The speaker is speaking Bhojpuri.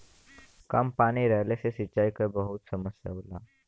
कम पानी रहले से सिंचाई क बहुते समस्या होला